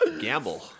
Gamble